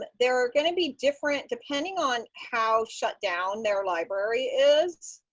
there are going to be different depending on how shut down their library is,